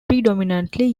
predominantly